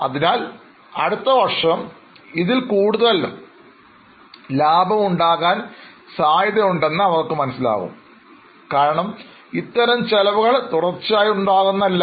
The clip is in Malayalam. അതിനാൽ അടുത്ത വർഷം ഇതിൽ കൂടുതൽ ലാഭം ഉണ്ടാകാൻ സാധ്യതയുണ്ടെന്ന് അവർക്ക് മനസ്സിലാകും കാരണം ഇത്തരം ചെലവുകൾ തുടർച്ചയായി ഉണ്ടാകുന്നതല്ല